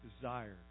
desire